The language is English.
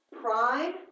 prime